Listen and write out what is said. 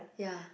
ya